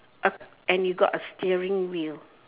uh and you got a steering wheel